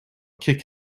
kick